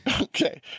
okay